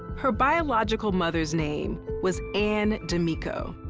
her biological mother's name was ann d'amico.